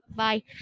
bye